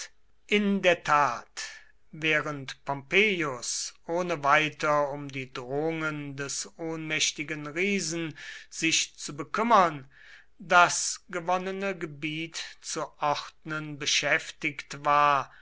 in der tat während pompeius ohne weiter um die drohungen des ohnmächtigen riesen sich zu bekümmern das gewonnene gebiet zu ordnen beschäftigt war